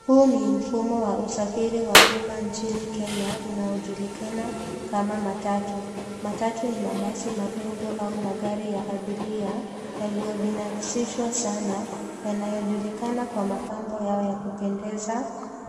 Huu ni mfumo wa usafiri wa uma nchini Kenya unaojulikana kama matau. Matatu ni mabasi madogo au magari ya abiria yaliyobinafsishwa sana yanayojulikana kwa mapambo ya kupendeza,